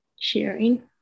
sharing